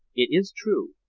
it is true,